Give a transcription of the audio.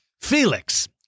Felix